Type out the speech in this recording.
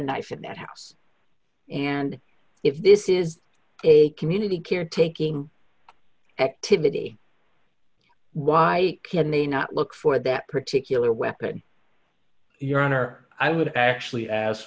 knife in that house and if this is a community care taking activity why can they not look for that particular weapon your honor i would actually ask